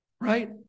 right